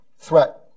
threat